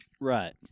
Right